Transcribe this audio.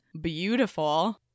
beautiful